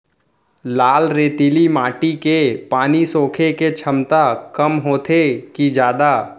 लाल रेतीली माटी के पानी सोखे के क्षमता कम होथे की जादा?